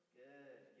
good